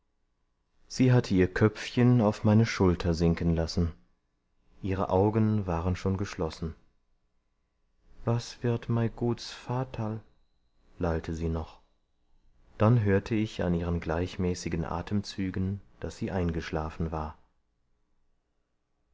sie hatte ihr köpfchen auf meine schulter sinken lassen ihre augen waren schon geschlossen was wird mei guts vaterl lallte sie noch dann hörte ich an ihren gleichmäßigen atemzügen daß sie eingeschlafen war